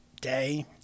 day